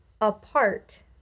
apart